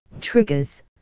triggers